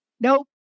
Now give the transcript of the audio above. Nope